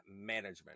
management